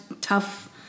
tough